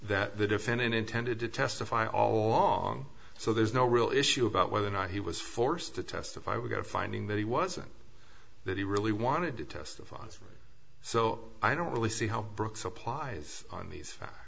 that the defendant intended to testify all along so there's no real issue about whether or not he was forced to testify without finding that he wasn't that he really wanted to testify so i don't really see how brooks applies on